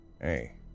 Hey